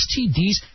STDs